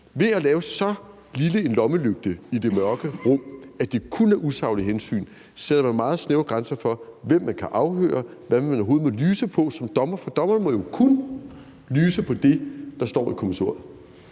ved at lave så lille en lommelygte i det mørke rum, at det kun gælder usaglige hensyn, sætter man meget snævre grænser for, hvem man kan afhøre, og hvad man overhovedet må lyse på som dommer, for dommeren må jo kun lyse på det, der står i kommissoriet.